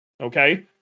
Okay